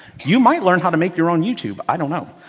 you might learn how to make your own youtube, i don't know.